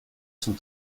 sont